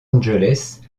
angeles